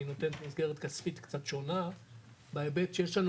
והיא נותנת מסגרת כספית קצת שונה בהיבט שיש לנו